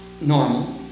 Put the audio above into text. normal